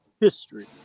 history